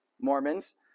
Mormons